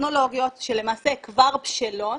טכנולוגיות שלמעשה כבר בשלות,